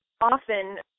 often